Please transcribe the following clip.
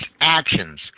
actions